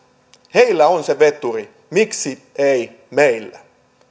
heillä on se veturi miksi ei meillä